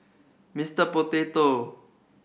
Mister Potato